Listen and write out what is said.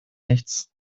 nichts